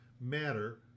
matter